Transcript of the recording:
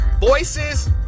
Voices